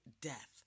death